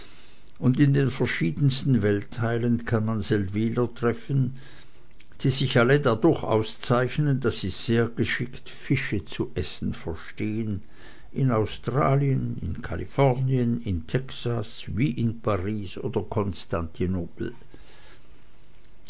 und in den verschiedensten weltteilen kann man seldwyler treffen die sich alle dadurch auszeichnen daß sie sehr geschickt fische zu essen verstehen in australien in kalifornien in texas wie in paris oder